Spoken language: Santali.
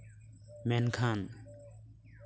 ᱢᱮᱱᱠᱷᱟᱱ